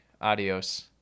adios